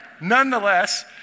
Nonetheless